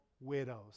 widows